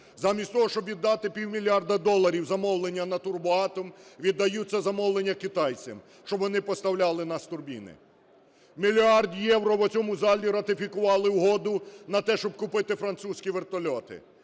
Замість того, щоб віддати півмільярда доларів замовлення на "Турбоатом", віддаються замовлення китайцям, щоб вони поставляли нам турбіни. Мільярд євро – в цьому залі ратифікували угоду на те, щоб купити французькі вертольоти.